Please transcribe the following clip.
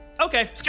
okay